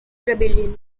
rebellion